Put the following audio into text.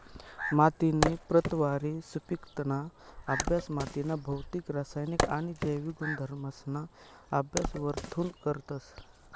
मातीनी प्रतवारी, सुपिकताना अभ्यास मातीना भौतिक, रासायनिक आणि जैविक गुणधर्मसना अभ्यास वरथून करतस